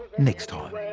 next time.